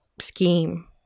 scheme